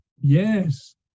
Yes